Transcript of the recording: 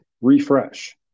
refresh